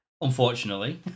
unfortunately